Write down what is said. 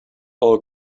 all